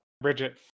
bridget